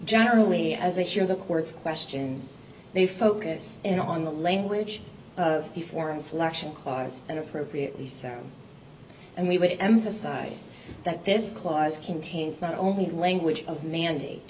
generally as a show the courts questions they focus in on the language of the foreign selection clause and appropriately so and we would emphasize that this clause contains not only the language of mandate